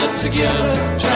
together